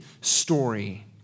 story